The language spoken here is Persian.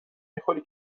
میخوری